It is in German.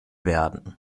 werden